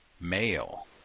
male